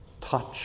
Touch